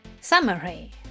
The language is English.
Summary